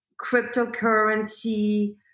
cryptocurrency